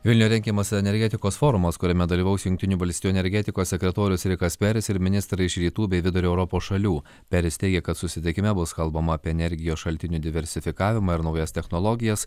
vilniuje rengiamas energetikos forumas kuriame dalyvaus jungtinių valstijų energetikos sekretorius rikas peris ir ministrai iš rytų bei vidurio europos šalių peris teigia kad susitikime bus kalbama apie energijos šaltinių diversifikavimą ir naujas technologijas